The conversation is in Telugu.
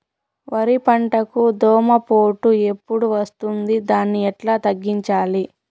వరి పంటకు దోమపోటు ఎప్పుడు వస్తుంది దాన్ని ఎట్లా తగ్గించాలి?